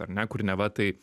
ar ne kur neva tai